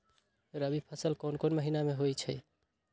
रबी फसल कोंन कोंन महिना में होइ छइ?